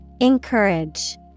Encourage